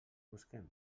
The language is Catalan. busquem